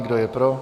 Kdo je pro?